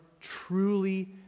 truly